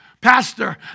Pastor